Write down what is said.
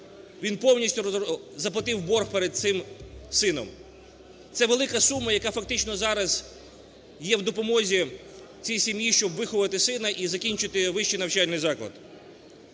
він повністю заплатив борг перед цим сином. Це велика сума, яка фактично зараз є в допомозі цій сім'ї, щоб виховати сина і закінчити вищий навчальний заклад.